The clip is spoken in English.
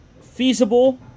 feasible